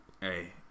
Hey